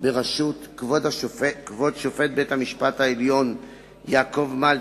בראשות כבוד שופט בית-המשפט העליון יעקב מלץ,